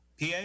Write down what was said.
PA